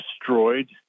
destroyed